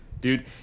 Dude